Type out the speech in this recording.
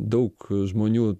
daug žmonių